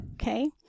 Okay